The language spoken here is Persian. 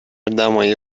دمای